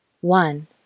one